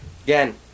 Again